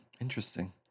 Interesting